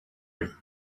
him